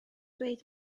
dweud